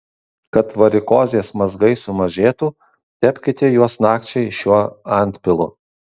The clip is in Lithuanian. kad varikozės mazgai sumažėtų tepkite juos nakčiai šiuo antpilu